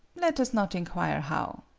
let us not inquire how.